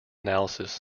analysis